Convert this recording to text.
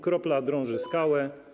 Kropla drąży skałę.